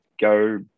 go